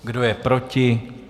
Kdo je proti?